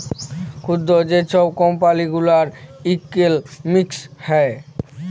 ক্ষুদ্র যে ছব কম্পালি গুলার ইকলমিক্স হ্যয়